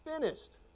Finished